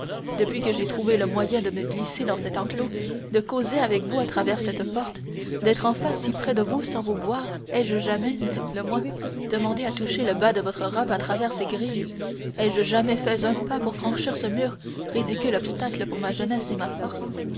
depuis que j'ai trouvé le moyen de me glisser dans cet enclos de causer avec vous à travers cette porte d'être enfin si près de vous sans vous voir ai-je jamais dites-le-moi demandé à toucher le bas de votre robe à travers ces grilles ai-je jamais fait un pas pour franchir ce mur ridicule obstacle pour ma jeunesse et ma force